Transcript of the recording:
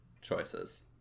choices